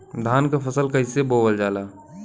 धान क फसल कईसे बोवल जाला?